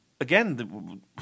again